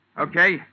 Okay